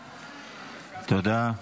תודה.